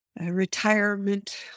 retirement